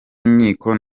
inkiko